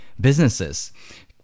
businesses